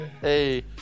Hey